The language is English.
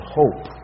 hope